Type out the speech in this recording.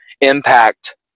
impact